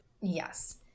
Yes